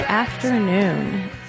afternoon